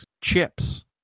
Chips